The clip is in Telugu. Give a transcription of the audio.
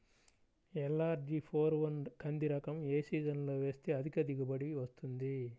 ఎల్.అర్.జి ఫోర్ వన్ కంది రకం ఏ సీజన్లో వేస్తె అధిక దిగుబడి వస్తుంది?